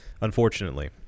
unfortunately